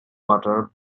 water